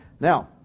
Now